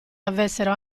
avessero